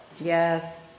Yes